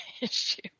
issue